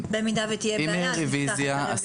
במידה ותהיה בעיה --- אם תהיה רוויזיה,